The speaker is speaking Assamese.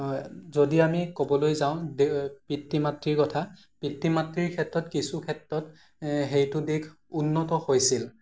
যদি আমি ক'বলৈ যাওঁ পিতৃ মাতৃ কথা পিতৃ মাতৃৰ ক্ষেত্ৰত কিছু ক্ষেত্ৰত সেইটো দিশ উন্নত হৈছিল